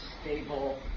stable